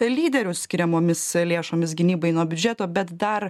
lyderių skiriamomis lėšomis gynybai nuo biudžeto bet dar